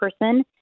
person